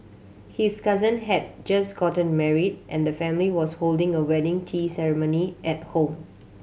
his cousin had just gotten married and the family was holding a wedding tea ceremony at home